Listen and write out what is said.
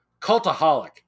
cultaholic